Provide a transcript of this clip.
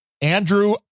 Andrew